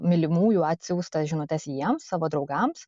mylimųjų atsiųstas žinutes jiems savo draugams